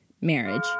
marriage